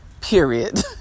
period